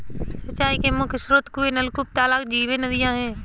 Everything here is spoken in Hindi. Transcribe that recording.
सिंचाई के मुख्य स्रोत कुएँ, नलकूप, तालाब, झीलें, नदियाँ हैं